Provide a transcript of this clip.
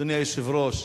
אדוני היושב-ראש.